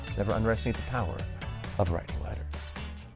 never underestimate the power of writing letters.